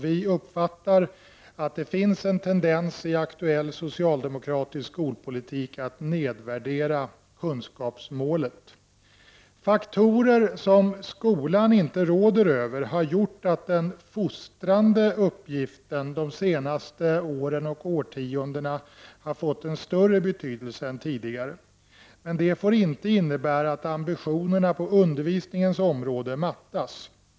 Vi uppfattar att det i aktuell socialdemokratisk skolpolitik finns en tendens att nedvärdera kunskapsmålet. Faktorer som skolan inte råder över har gjort att den fostrande uppgiften de senaste åren och årtiondena har fått en större betydelse än tidigare, men det får inte innebära att ambitionerna på undervisningens område mattas.